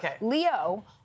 Leo